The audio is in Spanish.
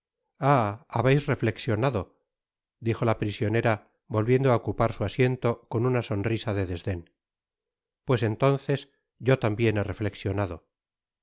habeis reflexionado dijo la prisionera volviendo á ocupar su asiento con una sonrisa de desden pues entonces yo tambien he reflexionado